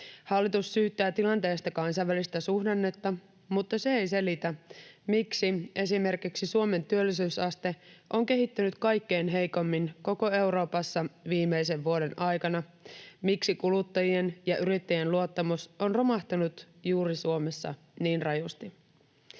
Hallitus syyttää tilanteesta kansainvälistä suhdannetta, mutta se ei selitä, miksi esimerkiksi Suomen työllisyysaste on kehittynyt kaikkein heikoimmin koko Euroopassa viimeisen vuoden aikana tai miksi kuluttajien ja yrittäjien luottamus on romahtanut juuri Suomessa niin rajusti.